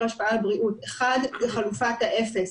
השפעה על הבריאות: אחד חלופת האפס.